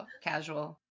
casual